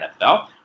NFL